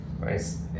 Nice